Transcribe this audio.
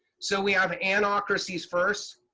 so we have anocracies first.